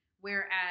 Whereas